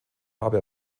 habe